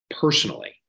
personally